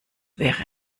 wäre